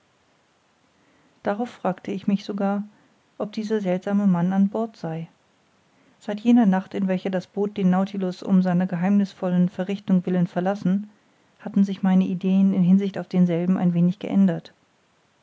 darauf fragte ich mich sogar ob dieser seltsame mann an bord sei seit jener nacht in welcher das boot den nautilus um einer geheimnißvollen verrichtung willen verlassen hatten sich meine ideen in hinsicht auf denselben ein wenig geändert